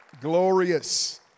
Glorious